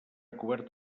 cobert